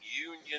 union